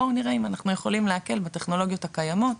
בואו נראה אם אנחנו יכולים להקל בטכנולוגיות הקיימות.